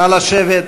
נא לשבת.